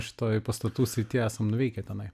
šitoj pastatų srity esam nuvykę tenai